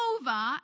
over